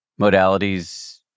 modalities